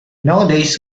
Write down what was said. nowadays